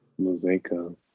Mosaico